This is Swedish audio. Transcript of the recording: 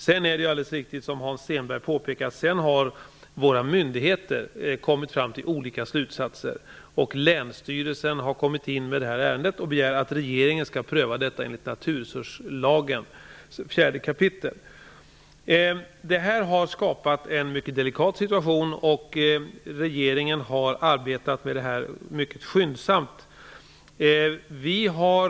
Sedan har -- det är alldeles riktigt som Hans Stenberg påpekade -- våra myndigheter kommit fram till olika slutsatser, och länsstyrelsen har kommit in med det här ärendet och begärt att regeringen skall pröva detta enligt naturresurslagens 4 kap. Detta har skapat en mycket delikat situation, och regeringen har arbetat mycket skyndsamt med det här.